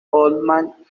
oldman